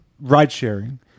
ride-sharing